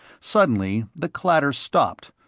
suddenly the clatter stopped,